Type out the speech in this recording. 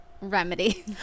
remedy